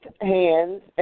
hands